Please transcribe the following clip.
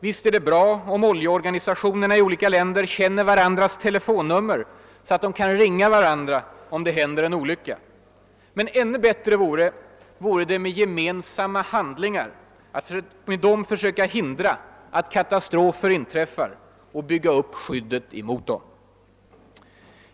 Visst är det bra om oljeorganisationerna i olika länder känner till varandras telefonnummer så att de kan ringa varandra om det hän der en olycka. ännu bättre vore det att med gemensamma handlingar försöka hindra att katastrofer inträffar och bygga upp skyddet mot dem.